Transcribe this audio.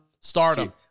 Stardom